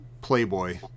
playboy